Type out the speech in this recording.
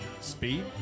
speed